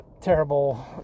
terrible